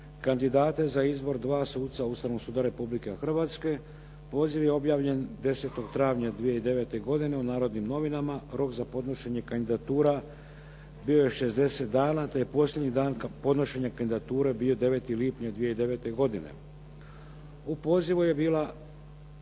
kandidate za izbor dva suca Ustavnog suda Republike Hrvatske. Poziv je objavljen 10. travnja 2009. godine u "Narodnim novinama". Rok za podnošenje kandidatura bio je 60 dana te je posljednji dan podnošenja kandidature bio 9. lipnja 2009. godine. U pozivu je bilo